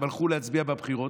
הם הלכו להצביע בבחירות,